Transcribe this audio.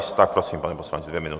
Tak prosím, pane poslanče, dvě minuty.